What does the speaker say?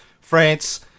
France